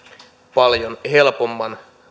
paljon helpomman